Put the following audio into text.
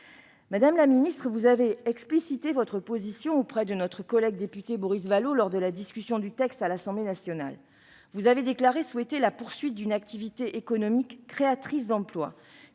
Madame la ministre, vous avez explicité votre position auprès de notre collègue député Boris Vallaud lors de la discussion du texte à l'Assemblée nationale. Vous avez déclaré souhaiter « la poursuite d'une activité économique créatrice d'emplois,